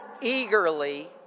eagerly